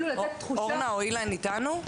אורנה או אילן איתנו?